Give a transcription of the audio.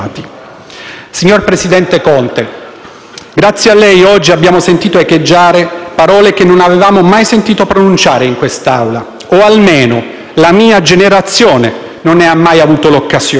Signor presidente Conte, grazie a lei oggi abbiamo sentito echeggiare parole che non avevamo mai sentito pronunciare in questa Aula (o almeno la mia generazione non ne ha mai avuto l'occasione)